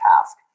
task